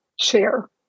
share